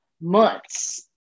months